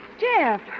Jeff